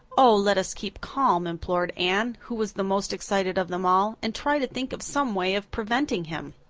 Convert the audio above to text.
oh, let us keep calm, implored anne, who was the most excited of them all, and try to think of some way of preventing him.